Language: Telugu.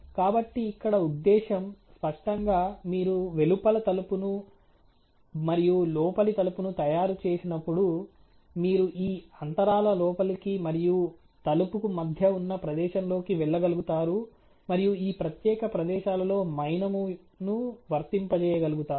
కాబట్టి ఇక్కడ ఉద్దేశ్యం స్పష్టంగా మీరు వెలుపల తలుపును మరియు లోపలి తలుపును తయారు చేసినప్పుడు మీరు ఈ అంతరాల లోపలికి మరియు తలుపుకు మధ్య ఉన్న ప్రదేశంలోకి వెళ్ళగలుగుతారు మరియు ఈ ప్రత్యేక ప్రదేశాలలో మైనము ను వర్తింపజేయగలుగుతారు